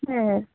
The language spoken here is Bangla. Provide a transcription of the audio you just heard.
হ্যাঁ